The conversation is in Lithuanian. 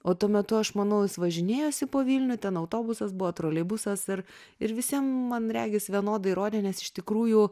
o tuo metu aš manau jis važinėjosi po vilnių ten autobusas buvo troleibusas ir ir visiem man regis vienodai rodė nes iš tikrųjų